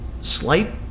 slight